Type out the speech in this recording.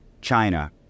China